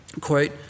Quote